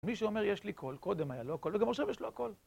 מי שאומר, יש לי כל, קודם היה לו הכל, וגם עכשיו יש לו הכל.